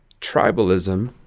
tribalism